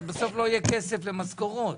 לא יהיה כסף למשכורות.